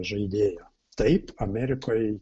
žaidėjo taip amerikoj